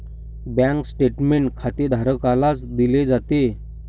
bank statement खातेधारकालाच दिले जाते